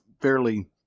fairly